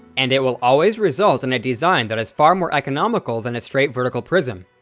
and it will always result in a design that is far more economical than a straight vertical prism.